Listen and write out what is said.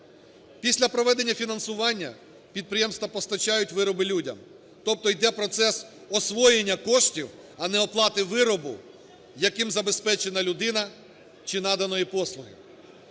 Після проведення фінансування підприємства постачають вироби людям. Тобто йде процес освоєння коштів, а не оплати виробу, яким забезпечена людина чи надано їй послуги.